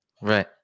Right